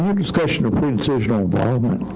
um discussion of pre-decisional involvement.